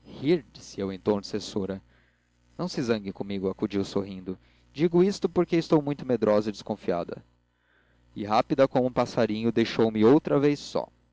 rir disse eu em tom de censura não se zangue comigo acudiu sorrindo digo isto porque sou muito medrosa e desconfiada e rápida como passarinho deixou-me outra vez só